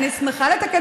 לא, אני פה מ-09:00.